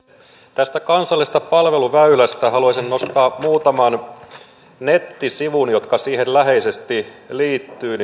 tästä kansallisesta palveluväylästä haluaisin nostaa esille muutaman nettisivun jotka siihen läheisesti liittyvät